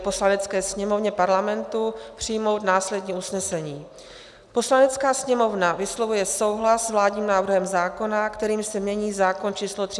Poslanecké sněmovně Parlamentu přijmout následující usnesení: Poslanecká sněmovna vyslovuje souhlas s vládním návrhem zákona, kterým se mění zákon č. 378/2007 Sb.